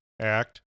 act